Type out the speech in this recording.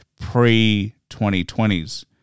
pre-2020s